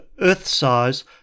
Earth-size